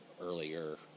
earlier